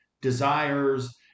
desires